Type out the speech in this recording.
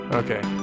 okay